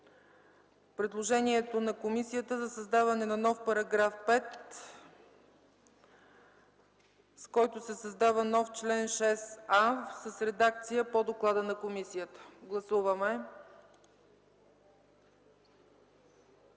предложението на комисията за създаване на нов § 5, в който се създава нов чл. 6а, в редакция по доклада на комисията. Гласували